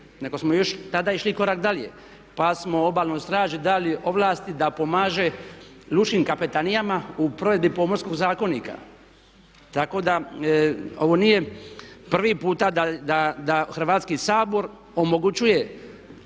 nego smo još tada išli korak dalje pa smo Obalnoj straži dali ovlasti da pomaže lučkim kapetanijama u provedbi pomorskog zakonika. Tako da ovo nije prvi puta da Hrvatski sabor omogućuje